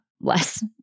less